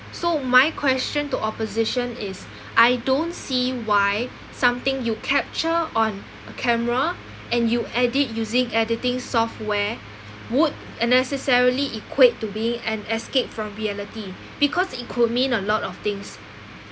so my question to opposition is I don't see why something you capture on a camera and you edit using editing software would necessarily equate to being an escape from reality because it could mean a lot of things